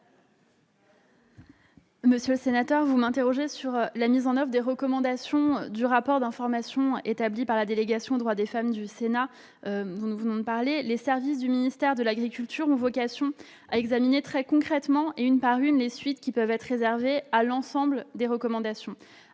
Monsieur le sénateur, vous m'interrogez sur la mise en oeuvre des recommandations du rapport d'information établi par la délégation aux droits des femmes du Sénat. Les services du ministère de l'agriculture ont vocation à examiner très concrètement, une par une, les suites qui peuvent être réservées à l'ensemble des recommandations